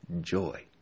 joy